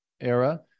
era